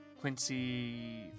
Quincy